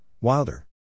Wilder